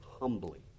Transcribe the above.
humbly